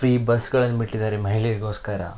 free ಬಸ್ಗಳನ್ನು ಬಿಟ್ಟಿದ್ದಾರೆ ಮಹಿಳೆಯರಿಗೋಸ್ಕರ